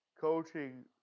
coaching